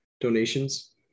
donations